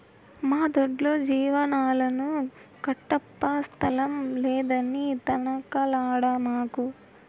మా దొడ్లో జీవాలను కట్టప్పా స్థలం లేదని తనకలాడమాకు